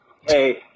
hey